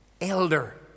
elder